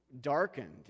darkened